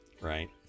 right